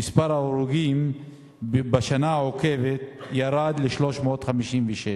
ומספר ההרוגים בשנה העוקבת ירד ל-356,